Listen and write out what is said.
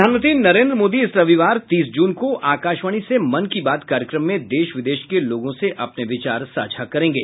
प्रधानमंत्री नरेन्द्र मोदी इस रविवार तीस जून को आकाशवाणी से मन की बात कार्यक्रम में देश विदेश के लोगों से अपने विचार साझा करेंगे